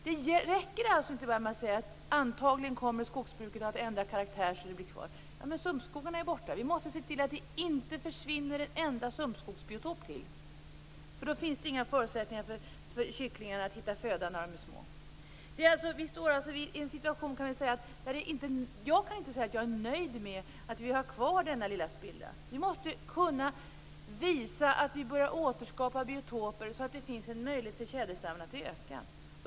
Det räcker inte med att säga att skogsbruket antagligen kommer att ändra karaktär så att de biotoperna blir kvar. Sumpskogarna är borta. Vi måste se till att det inte försvinner en enda sumpskogsbiotop till. Då finns det inga förutsättningar för kycklingarna att hitta föda när de är små. Jag kan inte säga att jag är nöjd med att vi har kvar denna lilla spillra. Vi måste kunna visa att vi börjar återskapa biotoper så att det finns en möjlighet för tjäderstammen att öka.